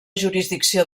jurisdicció